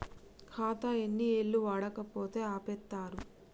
ఖాతా ఎన్ని ఏళ్లు వాడకపోతే ఆపేత్తరు?